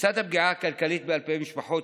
לצד הפגיעה הכלכלית באלפי משפחות,